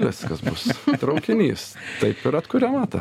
viskas kas bus traukinys taip ir atkuriama ta